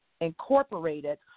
Incorporated